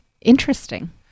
interesting